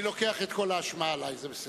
אני לוקח את כל האשמה עלי, זה בסדר.